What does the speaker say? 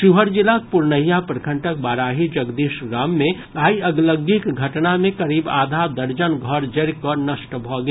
शिवहर जिलाक पुरनहिया प्रखंडक बराही जगदीश गाम मे आइ अगिलग्गीक घटना मे करीब आधा दर्जन घर जरि कऽ नष्ट भऽ गेल